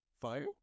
Fire